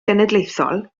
genedlaethol